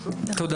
תודה